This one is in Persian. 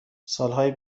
سالهای